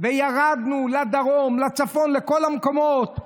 וירדנו לדרום, לצפון, לכל המקומות.